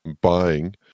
buying